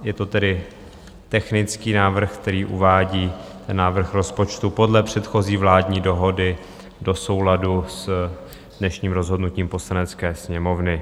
Je to tedy technický návrh, který uvádí návrh rozpočtu podle předchozí vládní dohody do souladu s dnešním rozhodnutím Poslanecké sněmovny.